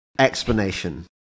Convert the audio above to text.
explanation